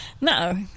No